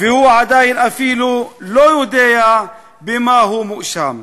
והוא עדיין אפילו לא יודע במה הוא מואשם.